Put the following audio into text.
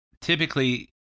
typically